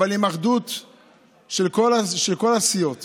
אבל עם אחדות של כל הסיעות